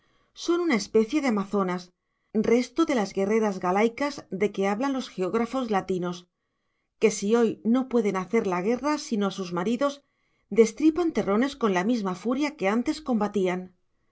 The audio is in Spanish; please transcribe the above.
son una especie de amazonas resto de las guerreras galaicas de que hablan los geógrafos latinos que si hoy no pueden hacer la guerra sino a sus maridos destripan terrones con la misma furia que antes combatían